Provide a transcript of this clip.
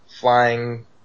flying